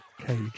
cage